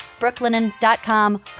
brooklinen.com